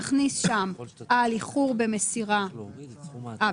נכניס שם על איחור במסירה אה,